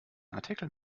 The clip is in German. artikel